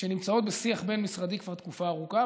שנמצאות בשיח בין-משרדי כבר תקופה ארוכה,